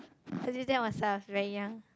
so do you think I was like I was very young